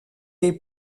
les